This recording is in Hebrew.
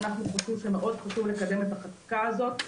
אנחנו חושבים שמאוד חשוב לקדם את החקיקה הזאת,